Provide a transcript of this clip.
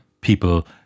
people